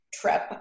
Trip